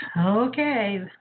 Okay